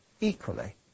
equally